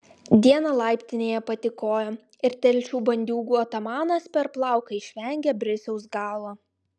dieną laiptinėje patykojo ir telšių bandiūgų atamanas per plauką išvengė brisiaus galo